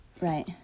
Right